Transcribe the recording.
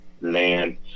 land